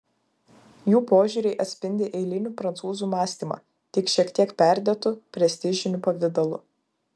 jų požiūriai atspindi eilinių prancūzų mąstymą tik šiek tiek perdėtu prestižiniu pavidalu